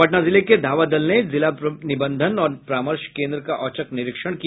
पटना जिले के धावा दल ने जिला निबंधन और परामर्श केन्द्र का औचक निरीक्षण किया